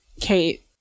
kate